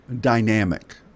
dynamic